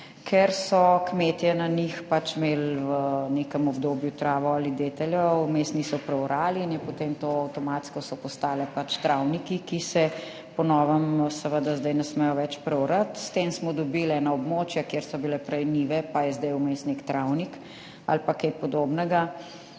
imeli kmetje na njih pač v nekem obdobju travo ali deteljo, vmes niso preorali in so potem avtomatsko postale travniki, ki se po novem seveda ne smejo več preorati. S tem smo dobili ena območja, kjer so bile prej njive, zdaj pa je vmes nek travnik ali pa kaj podobnega.